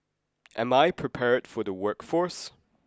am I prepared for the workforce